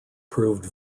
proved